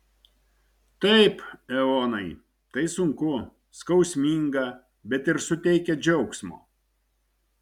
taip eonai tai sunku skausminga bet ir suteikia džiaugsmo